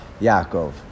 Yaakov